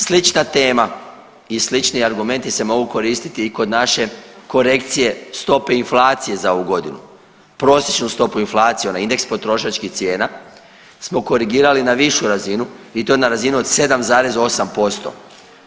Slična tema i slični argumenti se mogu koristiti i kod naše korekcije stope inflacije za ovu godinu, prosječnu stopu inflacije, onaj indeks potrošačkih cijena smo korigirali na višu razinu i to na razinu od 7,8%